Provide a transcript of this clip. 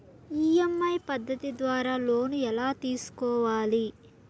EMI పద్ధతి ద్వారా loan ఎలా తీసుకోవాలి